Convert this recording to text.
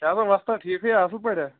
کیٛاہ سا وَستا ٹھیٖکٕے یا اَصٕل پٲٹھیٛاہ